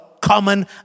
common